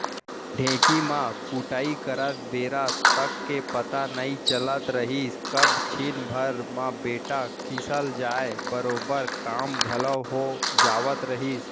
ढेंकी म कुटई करत बेरा तक के पता नइ चलत रहिस कब छिन भर म बेटा खिसल जाय बरोबर काम घलौ हो जावत रहिस